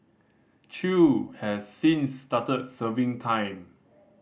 Chew has since started serving time